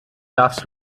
darfst